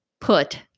put